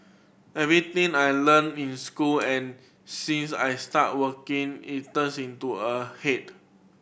everything I learnt in school and since I started working is turning into a head